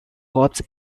corps